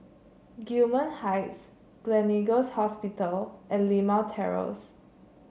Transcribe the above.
Gillman Heights Gleneagles Hospital and Limau Terrace